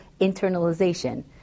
internalization